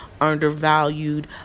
undervalued